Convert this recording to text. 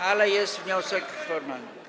Ale jest wniosek formalny.